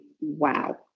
Wow